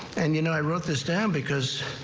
and you know i wrote this down because.